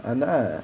!hanna!